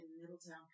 Middletown